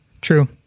True